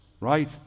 Right